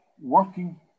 working